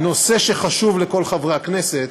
בנושא שחשוב לכל חברי הכנסת,